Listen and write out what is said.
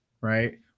right